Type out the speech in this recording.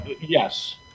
Yes